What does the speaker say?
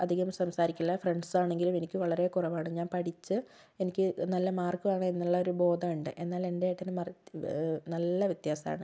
അധികം സംസാരിക്കില്ല ഫ്രണ്ട്സ് ആണെങ്കിലും എനിക്ക് വളരെ കുറവാണ് ഞാൻ പഠിച്ച് എനിക്ക് നല്ല മാർക്ക് വാങ്ങുക എന്നുള്ള ഒരു ബോധമുണ്ട് എന്നാൽ എൻ്റെ ഏട്ടന് മറി നല്ല വ്യത്യാസമാണ്